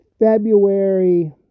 February